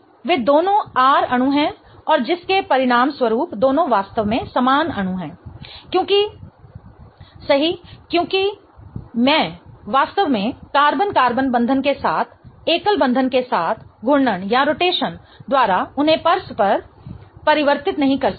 तो वे दोनों R अणु हैं और जिसके परिणामस्वरूप दोनों वास्तव में समान अणु हैं क्योंकि सही क्योंकि मैं वास्तव में कार्बन कार्बन बंधन के साथ एकल बंधन के साथ घूर्णन रोटेशन द्वारा उन्हें परस्पर परिवर्तित नहीं कर सकती